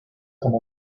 como